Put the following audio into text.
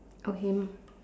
okay